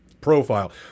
profile